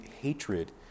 hatred